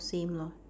same lah